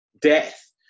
death